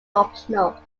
optional